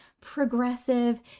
progressive